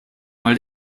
mal